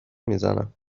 میزنم